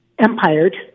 empired